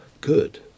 good